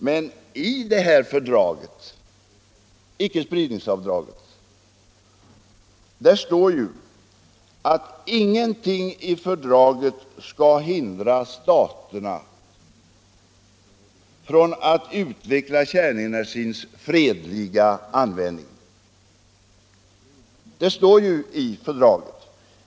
Men i ickespridnings fördraget står ju att ingenting i fördraget skall hindra staterna från att utveckla kärnenergins fredliga användning.